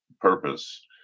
purpose